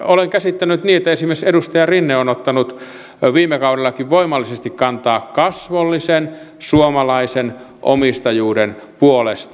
olen käsittänyt niin että esimerkiksi edustaja rinne on ottanut viime kaudellakin voimallisesti kantaa kasvollisen suomalaisen omistajuuden puolesta